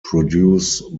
produce